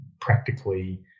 practically